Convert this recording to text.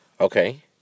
Okay